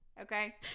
okay